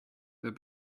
their